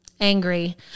angry